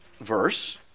verse